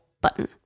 button